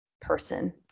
person